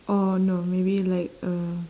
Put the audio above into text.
or no maybe like a